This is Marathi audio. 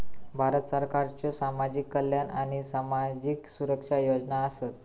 भारत सरकारच्यो सामाजिक कल्याण आणि सामाजिक सुरक्षा योजना आसत